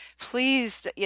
please